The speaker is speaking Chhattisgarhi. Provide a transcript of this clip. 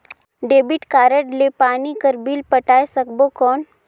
डेबिट कारड ले पानी कर बिल पटाय सकबो कौन?